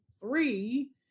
Three